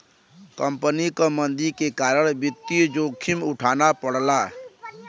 company क मंदी के कारण वित्तीय जोखिम उठाना पड़ला